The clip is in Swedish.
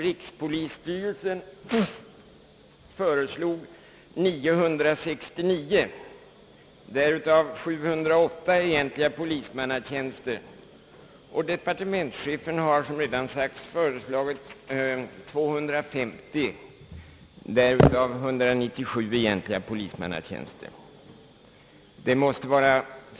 Rikspolisstyrelsen föreslog 969, därav 708 egentliga polismannatjänster. Departementschefen har, som redan sagts föreslagit 250, därav 197 egentliga polismannatjänster.